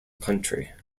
country